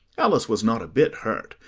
alice was not a bit hurt,